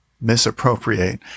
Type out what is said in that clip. misappropriate